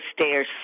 stairs